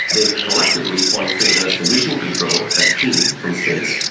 they collectively point fingers to mission control as a team from space,